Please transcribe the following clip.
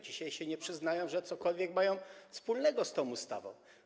Dzisiaj się nie przyznają, że cokolwiek mają wspólnego z tą ustawą.